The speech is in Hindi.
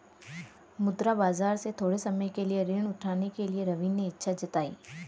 मुद्रा बाजार से थोड़े समय के लिए ऋण उठाने के लिए रवि ने इच्छा जताई